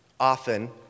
Often